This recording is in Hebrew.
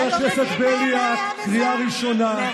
את